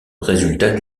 résultat